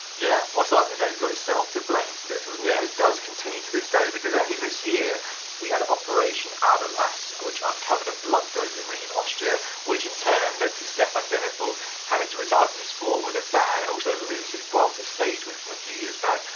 yeah. well cycling's only got itself to blame for this, isn't yeah it? but it does continue to this day. because only this year we had operation aderlass, which uncovered a blood doping ring in austria which in turn led to stefan denifl having to retire from the sport with a ban, and also lose his vuelta stage win from a few years back.